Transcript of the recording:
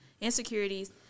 insecurities